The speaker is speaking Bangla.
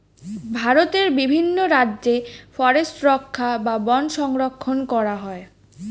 ভারতের বিভিন্ন রাজ্যে ফরেস্ট রক্ষা বা বন সংরক্ষণ করা হয়